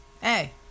Hey